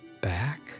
back